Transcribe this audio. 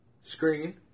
screen